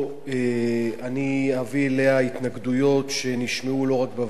אני אביא התנגדויות לה שנשמעו לא רק בוועדה